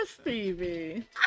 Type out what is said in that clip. stevie